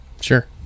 Sure